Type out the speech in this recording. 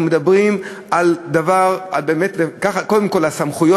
בעצם החוק הזה הוא לא ברגע האחרון.